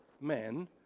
men